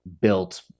built